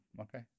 okay